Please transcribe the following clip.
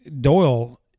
Doyle